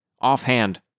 offhand